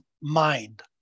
mind